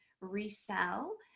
resell